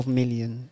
million